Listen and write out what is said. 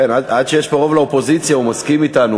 כן, עד שיש פה רוב לאופוזיציה, הוא מסכים אתנו.